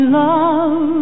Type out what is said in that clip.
love